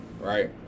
right